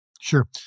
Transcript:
Sure